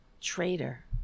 Traitor